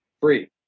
free